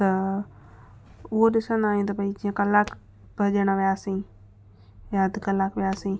त उओ ॾिसंदा आहियूं की भई जीअं कलाकु भॼण वियासीं या अधि कलाकु वियासीं